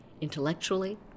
intellectually